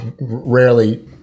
rarely